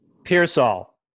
Pearsall